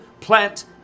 plant